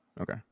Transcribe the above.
okay